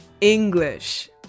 English